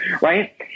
right